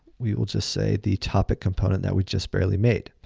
we will just say, the topic component that we just barely made.